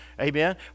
Amen